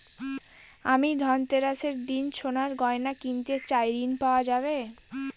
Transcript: আমি ধনতেরাসের দিন সোনার গয়না কিনতে চাই ঝণ পাওয়া যাবে?